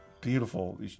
Beautiful